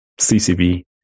CCB